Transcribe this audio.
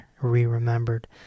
re-remembered